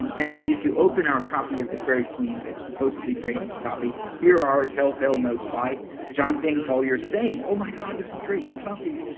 um and if you open our copy of the faerie queen, but supposedly drayton's copy, here are telltale notes by john payne collier saying, oh my god, this is drayton's copy.